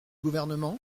gouvernement